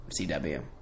CW